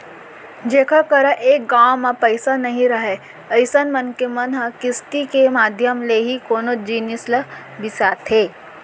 जेखर करा एक घांव म पइसा नइ राहय अइसन मनखे मन ह किस्ती के माधियम ले ही कोनो जिनिस ल बिसाथे